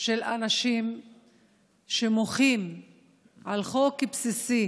של אנשים שמוחים למען חוק בסיסי